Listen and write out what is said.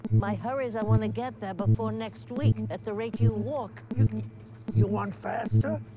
my hurry is i want to get there before next week. at the rate you walk. you you want faster?